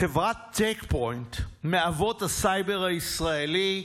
"חברת צ'ק פוינט, מאבות הסייבר הישראלי,